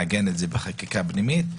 לעגן את זה חקיקה פנימית,